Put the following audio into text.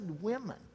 women